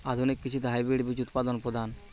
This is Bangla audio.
আধুনিক কৃষিতে হাইব্রিড বীজ উৎপাদন প্রধান